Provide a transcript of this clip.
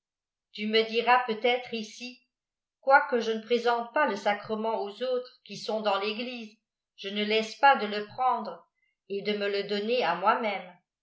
tu me diras peut-être ici quoique je ne présente pas le sacrement aux autres qui sont dans l'église je ne laisse pas de le prendre et de me le donner à moi-même